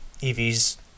evs